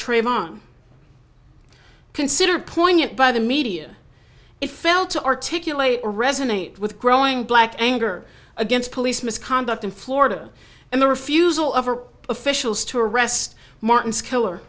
trayvon consider poignant by the media it felt to articulate resonate with growing black anger against police misconduct in florida and the refusal of our officials to arrest martin's killer